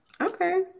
Okay